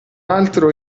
altro